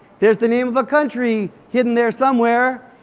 there's the name of a country hidden there somewhere!